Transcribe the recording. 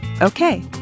Okay